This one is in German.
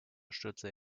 stürzte